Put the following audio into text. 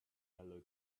hello